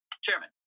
Chairman